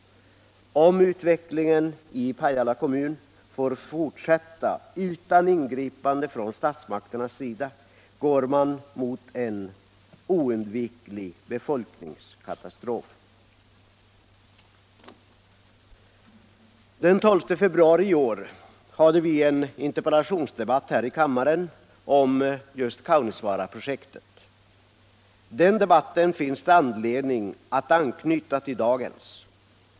Om utvecklingen i Pajala kommun får fortsätta utan ingripande från statsmakternas sida går man mot en oundviklig befolkningskatastrof. Den 12 februari i år hade vi en interpellationsdebatt här i kammaren om Kaunisvaaraprojektet. Den debatten finns det anledning att anknyta till dagens.